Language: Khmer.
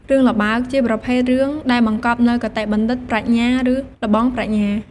រឿងល្បើក ជាប្រភេទរឿងដែលបង្កប់នូវគតិបណ្ឌិត ប្រាជ្ញា ឬល្បងប្រាជ្ញា។